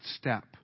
step